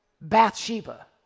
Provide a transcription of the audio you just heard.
Bathsheba